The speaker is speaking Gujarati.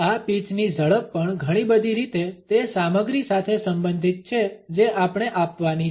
આ પીચની ઝડપ પણ ઘણી બધી રીતે તે સામગ્રી સાથે સંબંધિત છે જે આપણે આપવાની છે